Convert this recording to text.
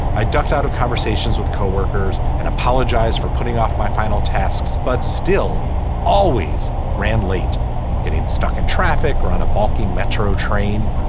i ducked out of conversations with co-workers and apologized for putting off my final tasks but still always ran late getting stuck in traffic or on a bulky metro train.